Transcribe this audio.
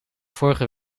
vorige